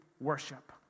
worship